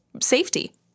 safety